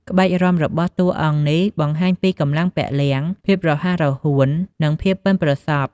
ក្បាច់រាំរបស់តួអង្គនេះបង្ហាញពីកម្លាំងពលំ ភាពរហ័សរហួន និងភាពប៉ិនប្រសប់។